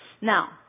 Now